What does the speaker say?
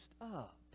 up